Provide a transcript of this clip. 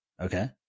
Okay